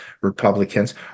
republicans